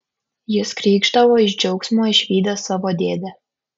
jis krykšdavo iš džiaugsmo išvydęs savo dėdę